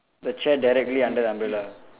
the chair directly under the umbrella